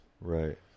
Right